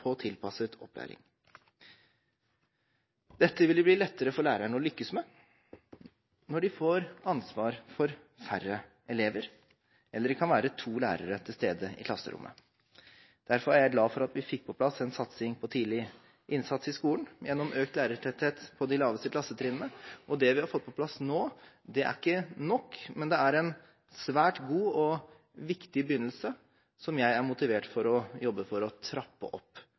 tilpasset opplæring. Dette vil det bli lettere for læreren å lykkes med når de får ansvar for færre elever, eller de kan være to lærere til stede i klasserommet. Derfor er jeg glad for at vi fikk på plass en satsing på tidlig innsats i skolen gjennom økt lærertetthet på de laveste klassetrinnene. Det vi har fått på plass nå, er ikke nok, men det er en svært god og viktig begynnelse, som jeg er motivert for å jobbe for å trappe opp